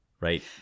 right